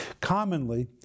Commonly